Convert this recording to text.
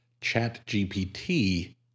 ChatGPT